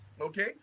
Okay